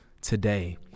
today